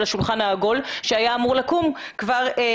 של השולחן העגול שהיה אמור לקום ב-2019.